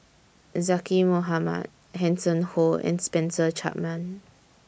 Zaqy Mohamad Hanson Ho and Spencer Chapman